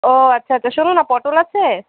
ও আচ্ছা আচ্ছা শোনো না পটল আছে